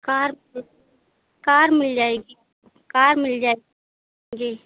car car मिल जाएगी car मिल जाए जी